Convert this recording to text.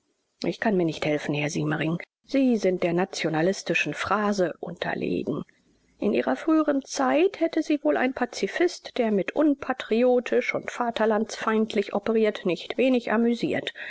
ich kann mir nicht helfen herr siemering sie sind der nationalistischen phrase unterlegen in ihrer früheren zeit hätte sie wohl ein pazifist der mit unpatriotisch und vaterlandsfeindlich operiert nicht wenig amüsiert